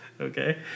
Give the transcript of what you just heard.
okay